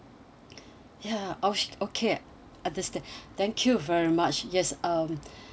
ya oh okay understand thank you very much yes um